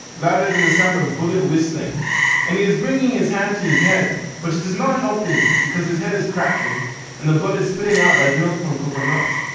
louder than the sound of bullet whistling and he is bringing his hand to his head but it is not helping because his head is cracking and the blood is spilling out like milk from coconuts.